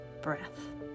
breath